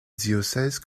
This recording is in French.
diocèse